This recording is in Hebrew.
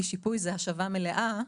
כי שיפוי זה השבה מלאה,